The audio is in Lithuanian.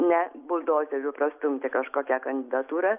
ne buldozeriu prastumti kažkokią kandidatūrą